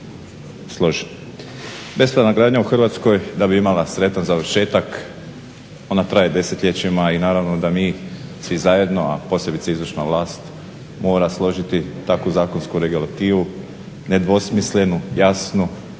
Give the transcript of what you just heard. Bespravna gradnja u Hrvatskoj da bi imala sretan završetak ona traje desetljećima i naravno da mi svi zajedno, a posebice izvršna vlast, mora složiti takvu zakonsku regulativu nedvosmislenu, jasnu,